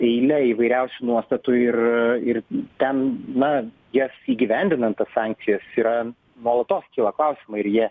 eile įvairiausių nuostatų ir ir ten na jas įgyvendinant tas sankcijas yra nuolatos kyla klausimai ir jie